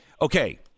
okay